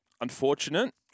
unfortunate